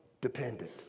dependent